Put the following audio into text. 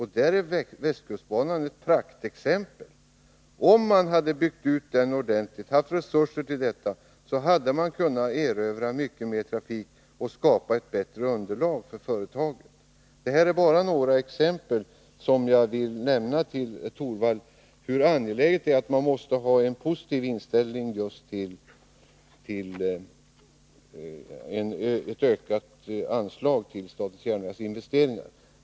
Hade man haft resurser att bygga ut västkustbanan ordentligt hade man kunnat erövra mycket mer trafik och kunnat skapa ett bättre underlag för företaget. Jag har bara velat nämna för herr Torwald hur angeläget det är att ha en positiv inställning just till ett ökat anslag för statens järnvägars investeringar.